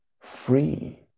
free